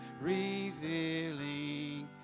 revealing